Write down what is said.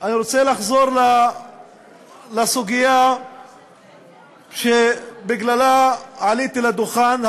אני רוצה לחזור לסוגיה שבגללה עליתי לדוכן,